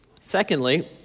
Secondly